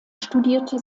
studierte